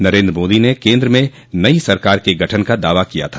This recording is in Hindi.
नरेन्द्र मोदी ने केन्द्र में नई सरकार के गठन का दावा किया था